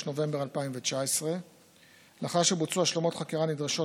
נובמבר 2019. לאחר שבוצעו השלמות חקירה נדרשות,